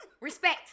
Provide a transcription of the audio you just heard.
Respect